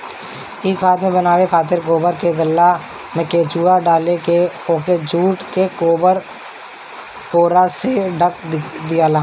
इ खाद के बनावे खातिर गोबर के गल्ला में केचुआ डालके ओके जुट के बोरा से ढक दियाला